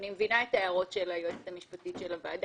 אני מבינה את ההערות של היועצת המשפטית של הוועדה.